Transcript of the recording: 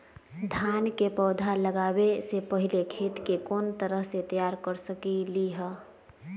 धान के पौधा लगाबे से पहिले खेत के कोन तरह से तैयार कर सकली ह?